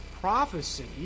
prophecy